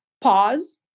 pause